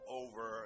over